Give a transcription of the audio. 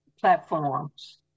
platforms